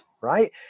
right